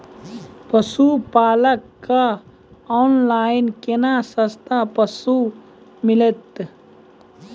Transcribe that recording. पशुपालक कऽ ऑनलाइन केना सस्ता पसु मिलतै?